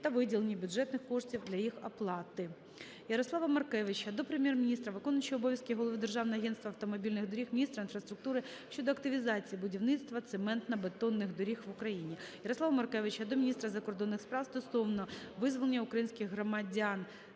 та виділенні бюджетних коштів для їх оплати.